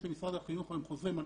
יש למשרד החינוך היום חוזרי מנכ"ל,